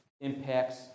impacts